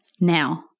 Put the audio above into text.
Now